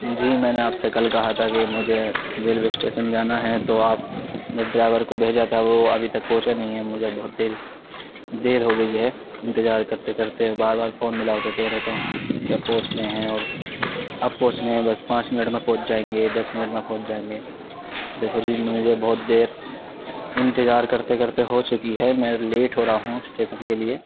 جی میں نے آپ سے کل کہا تھا کہ مجھے ریلوے اسٹیشن جانا ہے تو آپ نے ڈرائیور کو بھیجا تھا وہ ابھی تک پہنچا نہیں ہے مجھے بہت دیر ہو گئی ہے انتظار کرتے کرتے بار بار فون ملاؤ تو کہہ دیتے ہیں کہ اب پہنچ رہے ہیں اور اب پہنچ رہے ہیں بس پانچ منٹ میں پہنچ جائیں گے دس منٹ میں پہنچ جائیں گے دیکھو جی مجھے بہت دیر انتظار کرتے کرتے ہو چکی ہے میں لیٹ ہو رہا ہوں اسٹیشن کے لیے